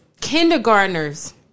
kindergartners